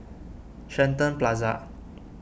Shenton Plaza